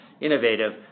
innovative